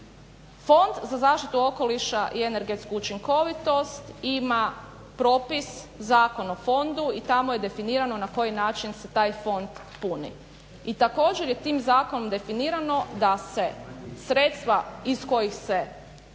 Fond za zaštitu okoliša i energetsku učinkovitost ima propis Zakon o fondu i tamo je definirano na koji način se taj fond puni i također je tim zakonom definirano da se sredstva iz kojih se